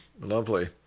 Lovely